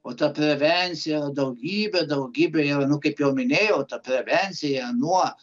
o ta prevencija daugybė daugybė jaunų kaip jau minėjau ta prevencija nuo